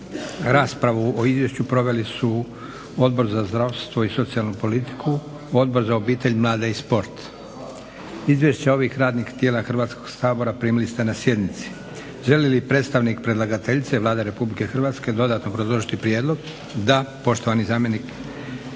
Raspravu o izvješću proveli su Odbor za zdravstvo i socijalnu politiku, Odbor za obitelj, mlade i sport. Izvješća ovih radnih tijela Hrvatskog sabora primili ste na sjednici. Želi li predstavnik predlagateljice Vlade Republike Hrvatske dodatno obrazložiti prijedlog? Da. Poštovani zamjenik